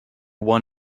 won